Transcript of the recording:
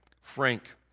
Frank